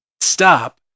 stop